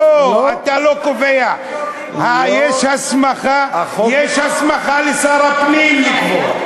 לא, אתה לא קובע, יש הסמכה לשר הפנים לקבוע.